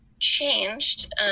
changed